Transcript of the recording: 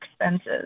expenses